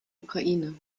ukraine